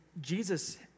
Jesus